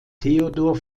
theodor